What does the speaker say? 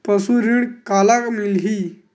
पशु ऋण काला मिलही?